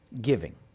giving